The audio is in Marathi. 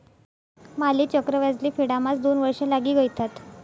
माले चक्रव्याज ले फेडाम्हास दोन वर्ष लागी गयथात